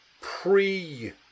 pre